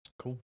Cool